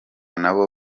nabo